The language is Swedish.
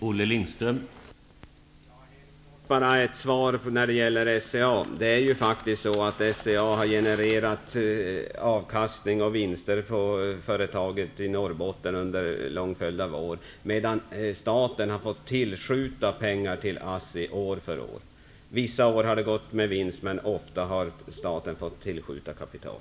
Herr talman! Helt kort ett svar när det gäller SCA. Faktum är att SCA:s företag i Norrbotten har genererat vinster under en lång följd av år, medan staten år för år har fått skjuta till pengar till ASSI. Vissa år har det gått med vinst, men ofta har staten fått tillskjuta kapital.